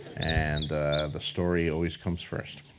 and the story always comes first.